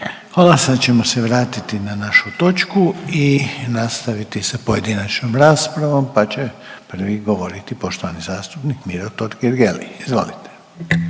(HDZ)** Sad ćemo se vratiti na našu točku i nastaviti sa pojedinačnom raspravom, pa će prvi govoriti poštovani zastupnik Miro Totgergeli. Izvolite.